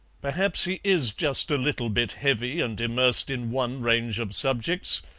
perhaps he is just a little bit heavy and immersed in one range of subjects,